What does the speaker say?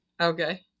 Okay